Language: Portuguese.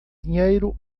dinheiro